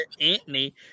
Anthony